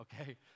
Okay